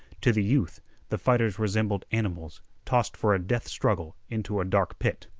to the youth the fighters resembled animals tossed for a death struggle into a dark pit.